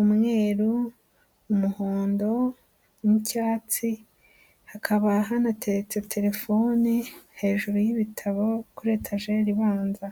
umweru, umuhondo n'icyatsi, hakaba hanateretse telefone hejuru y'ibitabo kuri etageri ibanza.